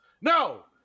no